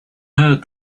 heard